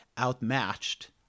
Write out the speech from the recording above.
outmatched